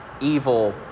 evil